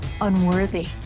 unworthy